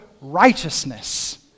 righteousness